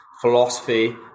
philosophy